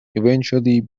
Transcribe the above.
eventually